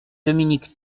dominique